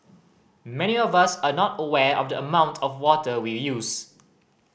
many of us are not aware of the amount of water we use